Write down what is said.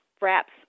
wraps